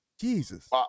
Jesus